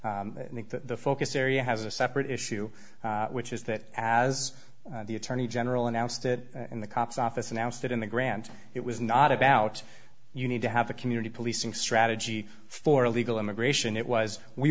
that the focus area has a separate issue which is that as the attorney general announced it in the cops office announced it in the grant it was not about you need to have a community policing strategy for illegal immigration it was we